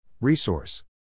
Resource